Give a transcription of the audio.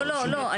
לא, לא.